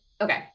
okay